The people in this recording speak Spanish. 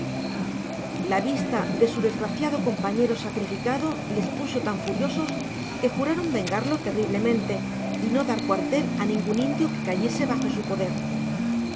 la vista de su desgraciado compañero sacrificado les puso tan furiosos que juraron vengarlo terriblemente y no dar cuartel á ningun indio que cayese bajo su poder